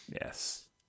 Yes